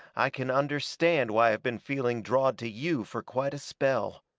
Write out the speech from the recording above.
i can understand why i have been feeling drawed to you fur quite a spell.